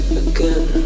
again